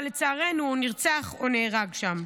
אבל, לצערנו, הוא נרצח או נהרג שם.